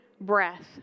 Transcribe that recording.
breath